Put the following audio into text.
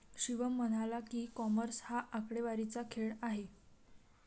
शिवम म्हणाला की, कॉमर्स हा आकडेवारीचा खेळ आहे